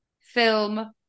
film